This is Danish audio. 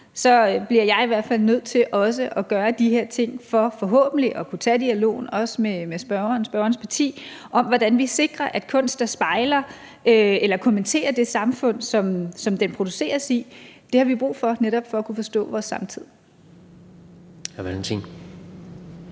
bliver jeg i hvert fald nødt til også at gøre de her ting for forhåbentlig at kunne tage dialogen, også med spørgeren og spørgerens parti, om, hvordan vi sikrer den kunst, der kommenterer det samfund, som den produceres i. Det har vi brug for netop for at kunne forstå vores samtid. Kl.